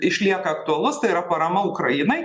išlieka aktualus tai yra parama ukrainai